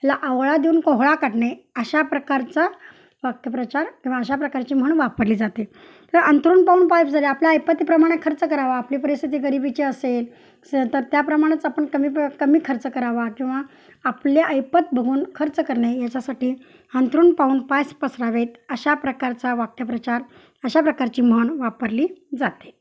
ला आवळा देऊन कोहळा काढणे अशा प्रकारचा वाक्यप्रचार किंवा अशा प्रकारची म्हण वापरली जाते अंथरूण पाहून पाय आपल्या ऐपतीप्रमाणे खर्च करावा आपली परिस्थिती गरिबीची असेल स तर त्याप्रमाणंच आपण कमी प्र कमी खर्च करावा किंवा आपले ऐपत बघून खर्च करणे याच्यासाठी अंथरूण पाहून पाय पसरावेत अशा प्रकारचा वाक्यप्रचार अशा प्रकारची म्हण वापरली जाते